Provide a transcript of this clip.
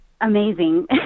amazing